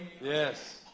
Yes